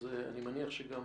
אז אני מניח שגם